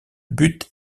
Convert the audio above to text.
but